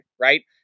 right